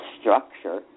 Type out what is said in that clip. structure